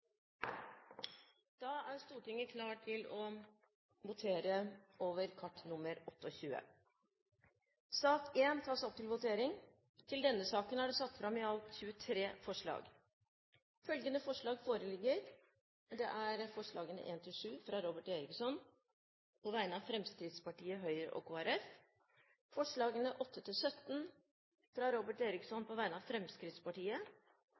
Da er Stortinget klar til å votere over sakene på dagens kart. Under debatten er det satt fram i alt 23 forslag. Det er forslagene nr. 1–7, fra Robert Eriksson på vegne av Fremskrittspartiet, Høyre og Kristelig Folkeparti forslagene nr. 8–17, fra Robert Eriksson på vegne av Fremskrittspartiet